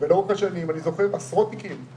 ולאורך השנים אני זוכר עשרות תיקים,